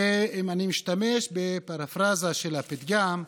ואם אני משתמש בפרפרזה של הפתגם,